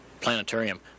planetarium